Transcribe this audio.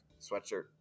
sweatshirt